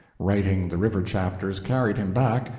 writing the river chapters carried him back,